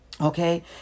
Okay